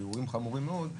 ואירועים חמורים מאוד,